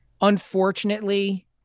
unfortunately